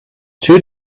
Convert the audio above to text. two